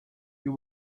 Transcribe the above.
you